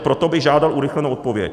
Proto bych žádal urychlenou odpověď.